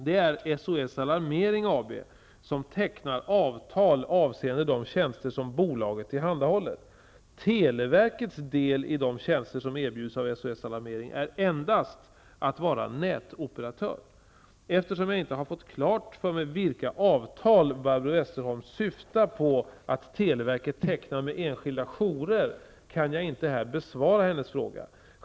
Det är SOS Alarmering AB som tecknar avtal avseende de tjänster som bolaget tillhandahåller. Alarmering är endast att vara nätoperatör. Eftersom jag inte har fått klart för mig vilka avtal Barbro Westerholm syftar på att televerket tecknar med enskilda jourer kan jag inte här besvara hennes fråga.